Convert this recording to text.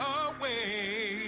away